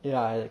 ya